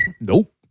nope